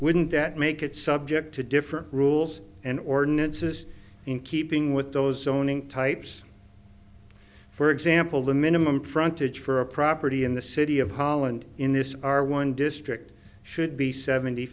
wouldn't that make it subject to different rules and ordinances in keeping with those owning types for example the minimum frontage for a property in the city of holland in this are one district should be seventy